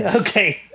Okay